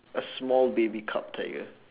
a small baby cub tiger